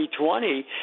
2020